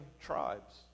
tribes